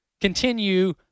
continue